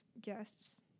guests